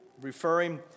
Referring